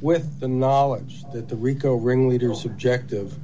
with the knowledge that the rico ring leader was objective